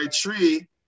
tree